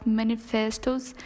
manifestos